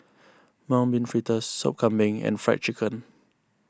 Mung Bean Fritters Sop Kambing and Fried Chicken